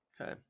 Okay